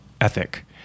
ethic